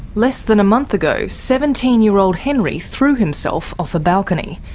less than a month ago, seventeen year old henry threw himself off a balcony.